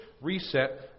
reset